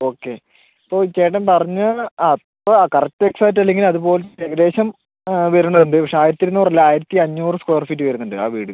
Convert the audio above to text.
okay ഇപ്പോൾ ചേട്ടൻ പറഞ്ഞ ആ അപ്പം ആ കറക്ട് എക്സാക്ട് അല്ലെങ്കിൽ അതുപോല ഏകദേശം വരുന്നുണ്ട് പക്ഷെ ആയിരത്തി ഇരുന്നൂറ് അല്ല ആയിരത്തി അഞ്ഞൂറ് സ്ക്വയർ ഫീറ്റ് വരുന്നുണ്ട് ആ വീട്